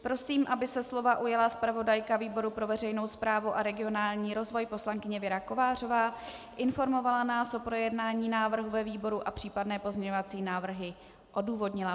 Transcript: Prosím, aby se slova ujala zpravodajka výboru pro veřejnou správu a regionální rozvoj poslankyně Věra Kovářová, informovala nás o projednání návrhu ve výboru a případné pozměňovací návrhy odůvodnila.